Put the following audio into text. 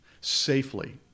safely